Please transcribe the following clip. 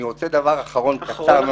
אני רוצה דבר קטן אחרון.